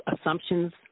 assumptions